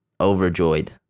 Overjoyed